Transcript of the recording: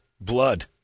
blood